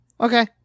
Okay